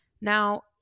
now